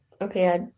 Okay